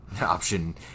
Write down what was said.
Option